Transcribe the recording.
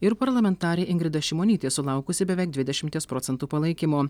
ir parlamentarė ingrida šimonytė sulaukusi beveik dvidešimties procentų palaikymo